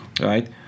right